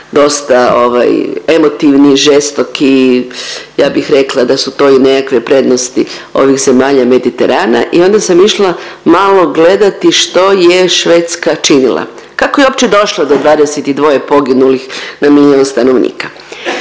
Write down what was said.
ovaj emotivni, žestoki, ja bih rekla da su to i nekakve prednosti ovih zemalja Mediterana i onda sam išla malo gledati što je Švedska činila. Kako je uopće došla do 22 poginulih na milion stanovnika?